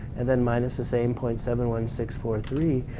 and then minus the same point seven one six four three.